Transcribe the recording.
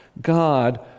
God